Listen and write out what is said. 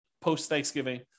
post-Thanksgiving